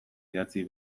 idatzi